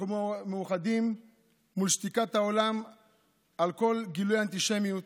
אנחנו מאוחדים מול שתיקת העולם על כל גילויי האנטישמיות,